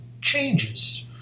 changes